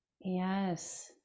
yes